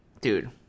dude